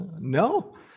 no